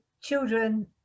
children